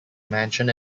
mansion